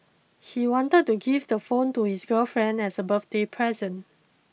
he wanted to give the phone to his girlfriend as a birthday present